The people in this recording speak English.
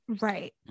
Right